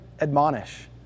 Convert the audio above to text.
admonish